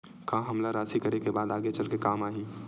का हमला राशि करे के बाद आगे चल के काम आही?